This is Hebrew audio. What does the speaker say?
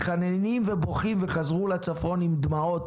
מתחננים ובוכים וחזרו לצפון עם דמעות